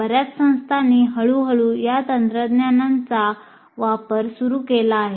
बर्याच संस्थांनी हळूहळू या तंत्रज्ञानाचा वापर सुरू केला आहे